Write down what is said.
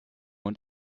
und